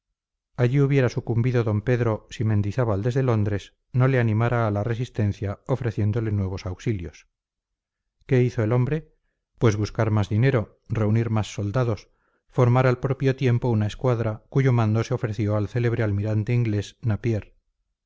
salir allí hubiera sucumbido d pedro si mendizábal desde londres no le animara a la resistencia ofreciéndole nuevos auxilios qué hizo el hombre pues buscar más dinero reunir más soldados formar al propio tiempo una escuadra cuyo mando se ofreció al célebre almirante inglés napier